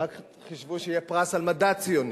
רק חִשבו שיהיה פרס על מדע ציוני,